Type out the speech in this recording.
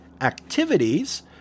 activities